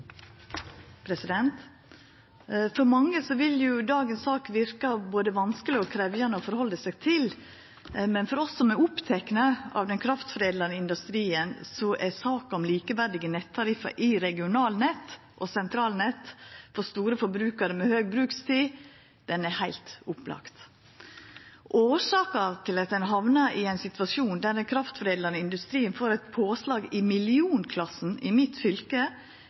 For mange vil saka i dag verka både vanskeleg og krevjande å forhalda seg til, men for oss som er opptekne av den kraftforedlande industrien, er saka om likeverdige nettariffar i regionalnettet og sentralnettet for store forbrukarar med høg brukstid heilt opplagt. Årsaka til at ein hamna i ein situasjon i mitt fylke der den kraftforedlande industrien får eit påslag i millionklassen,